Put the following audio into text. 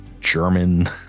German